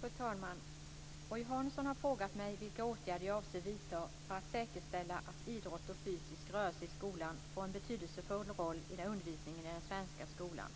Fru talman! Roy Hansson har frågat vilka åtgärder jag avser vidta för att säkerställa att idrott och fysisk rörelse i skolan får en betydelsefull roll i undervisningen i den svenska skolan.